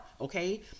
okay